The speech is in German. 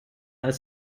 als